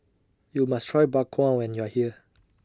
YOU must Try Bak Kwa when YOU Are here